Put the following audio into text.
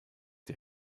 die